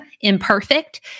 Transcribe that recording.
imperfect